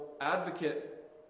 advocate